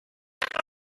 several